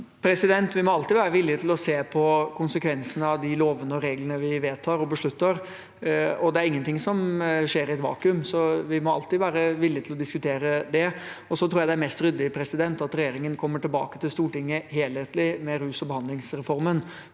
Vi må all- tid være villige til å se på konsekvensene av de lovene og reglene vi vedtar og beslutter. Det er ingenting som skjer i et vakuum, så vi må alltid være villige til å diskutere det. Jeg tror det er mest ryddig at regjeringen kommer tilbake til Stortinget helhetlig med rus- og behandlingsreformen.